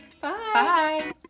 Bye